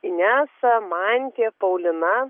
inesa mantė paulina